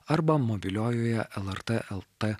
arba mobiliojoje lrt el t